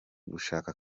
gushaka